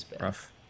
Rough